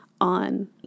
on